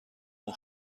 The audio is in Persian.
اون